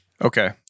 Okay